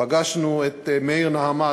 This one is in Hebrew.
פגשנו את מאיר נעמד,